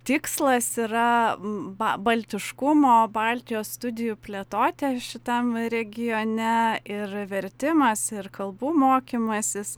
tikslas yra ba baltiškumo baltijos studijų plėtotė šitam regione ir vertimas ir kalbų mokymasis